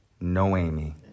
No-Amy